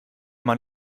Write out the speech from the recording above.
man